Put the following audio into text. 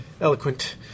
eloquent